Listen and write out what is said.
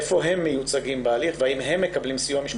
איפה הם מיוצגים בהליך והאם הם מקבלים סיוע משפטי?